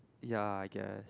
ya I guess